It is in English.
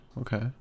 okay